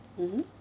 mmhmm